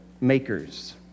makers